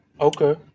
Okay